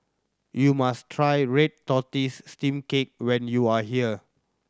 you must try red tortoise steamed cake when you are here